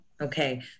Okay